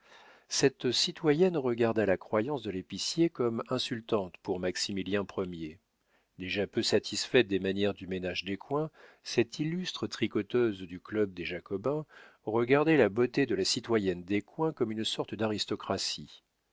cette citoyenne regarda la croyance de l'épicier comme insultante pour maximilien ier déjà peu satisfaite des manières du ménage descoings cette illustre tricoteuse du club des jacobins regardait la beauté de la citoyenne descoings comme une sorte d'aristocratie